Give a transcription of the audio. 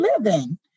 living